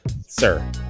sir